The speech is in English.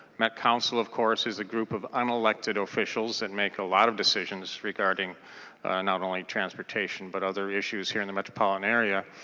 met council of course is a group of unelected officials that make a lot of decisions regarding not only transportation but other issues here in the metropolitan area.